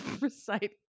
recite